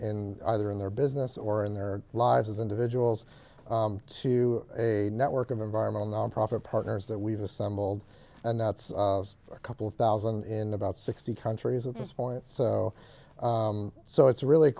in either in their business or in their lives as individuals to a network of environmental nonprofit partners that we've assembled and that's a couple of thousand in about sixty countries at this point so so it's really